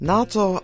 Nato